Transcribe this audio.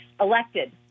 elected